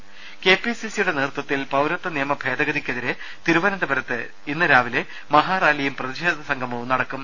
ക്കകകകക K P C C യുടെ നേതൃത്വത്തിൽ പൌരത്വ നിയമ ഭേദഗതിയ്ക്കെതിരെ തിരുവനന്തപുരത്ത് ഇന്ന് രാവിലെ മഹാറാലിയും പ്രതിഷേധ സംഗമവും നടക്കും